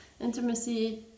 intimacy